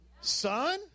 Son